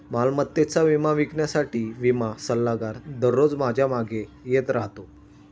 मालमत्तेचा विमा विकण्यासाठी विमा सल्लागार दररोज माझ्या मागे येत राहतो